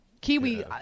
Kiwi